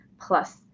plus